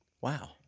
Wow